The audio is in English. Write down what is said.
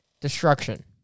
Destruction